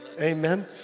Amen